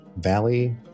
valley